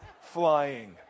flying